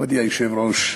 מכובדי היושב-ראש,